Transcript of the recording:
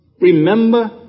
Remember